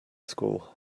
school